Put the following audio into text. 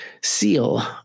seal